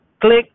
click